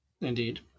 indeed